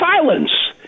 silence